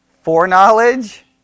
Foreknowledge